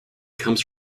comes